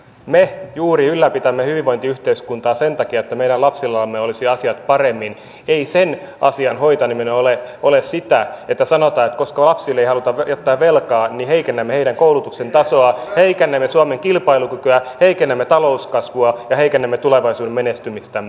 me juuri ylläpidämme hyvinvointiyhteiskuntaa sen takia että meidän lapsillamme olisi asiat paremmin ei sen asian hoitaminen ole sitä että sanotaan että koska lapsille ei haluta jättää velkaa niin heikennämme heidän koulutuksensa tasoa heikennämme suomen kilpailukykyä heikennämme talouskasvua ja heikennämme tulevaisuuden menestymistämme